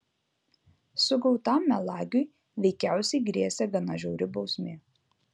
sugautam melagiui veikiausiai grėsė gana žiauri bausmė